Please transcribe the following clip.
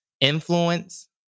influence